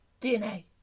DNA